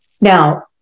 Now